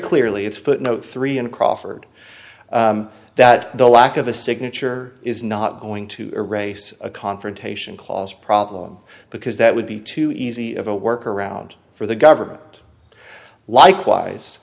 clearly it's footnote three in crawford that the lack of a signature is not going to erase a confrontation clause problem because that would be too easy of a work around for the government likewise